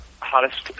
hottest